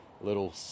little